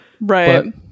Right